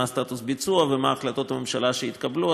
מה סטטוס הביצוע ואילו החלטות ממשלה התקבלו.